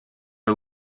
are